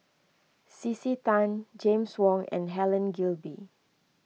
C C Tan James Wong and Helen Gilbey